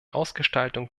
ausgestaltung